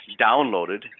downloaded